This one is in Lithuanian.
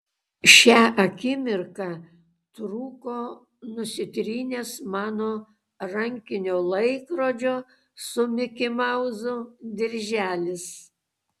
šią akimirką trūko nusitrynęs mano rankinio laikrodžio su mikimauzu dirželis